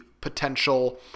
potential